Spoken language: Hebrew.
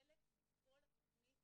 חלק מכל התוכנית